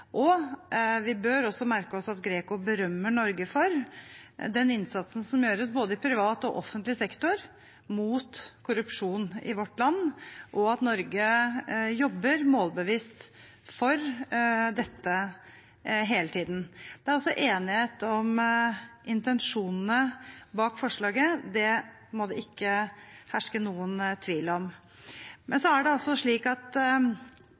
Vi bør også merke oss at GRECO berømmer Norge for den innsatsen som gjøres i både privat og offentlig sektor mot korrupsjon i vårt land, og for at Norge jobber målbevisst for dette hele tiden. Det er også enighet om intensjonen bak forslaget – det må det ikke herske noen tvil om. Men